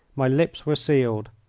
my lips were sealed.